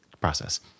process